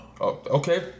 Okay